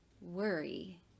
worry